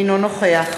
אינו נוכח